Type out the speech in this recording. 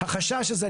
החשש הזה,